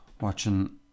watching